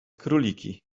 króliki